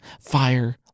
fire